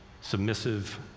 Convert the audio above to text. submissive